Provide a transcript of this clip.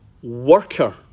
Worker